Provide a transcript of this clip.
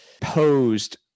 posed